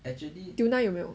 tuna 有没有